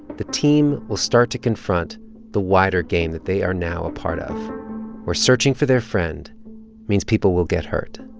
the team will start to confront the wider game that they are now a part of where searching for their friend means people will get hurt